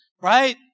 right